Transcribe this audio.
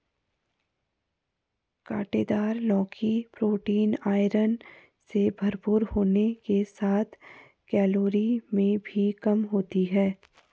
काँटेदार लौकी protein, iron से भरपूर होने के साथ कैलोरी में भी कम होती है